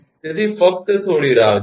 તેથી ફક્ત થોડી રાહ જુઓ